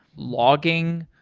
logging.